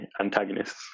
antagonists